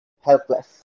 helpless